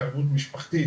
התערבות משפחתית,